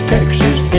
Texas